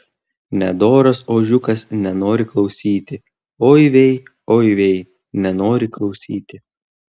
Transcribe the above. nedoras ožiukas nenori klausyti oi vei oi vei nenori klausyti